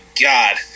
god